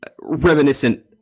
reminiscent